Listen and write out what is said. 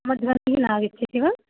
मम ध्वनिः न आगच्छति वा